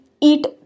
eat